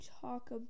talk